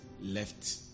left